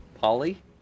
Polly